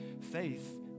faith